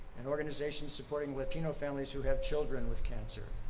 an organization supporting latino families who have children with cancer.